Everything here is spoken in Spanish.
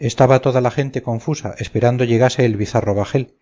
estaba toda la gente confusa esperando llegase el bizarro bajel